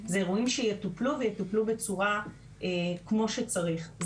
יטופלו בצורה כמו שצריך.